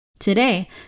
Today